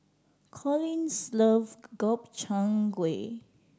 Colin's love Gobchang Gui